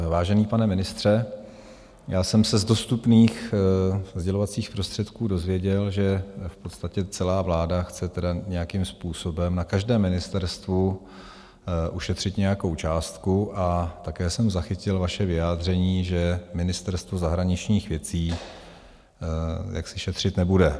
Vážený pane ministře, já jsem se z dostupných sdělovacích prostředků dozvěděl, že v podstatě celá vláda chce nějakým způsobem na každém ministerstvu ušetřit nějakou částku, a také jsem zachytil vaše vyjádření, že Ministerstvo zahraničních věcí šetřit nebude.